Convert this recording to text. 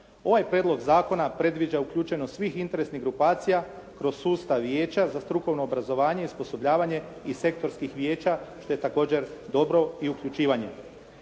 Ovaj prijedlog zakona predviđa uključenost svih interesnih grupacija kroz sustav Vijeća za strukovno obrazovanje i osposobljavanje iz sektorskih vijeća, što je također dobro i uključivanje.